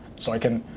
so i can